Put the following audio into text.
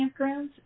campgrounds